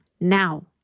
now